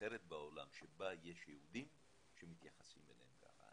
אחרת בעולם שבה יש יהודים שמתייחסים אליהם כך.